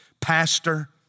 pastor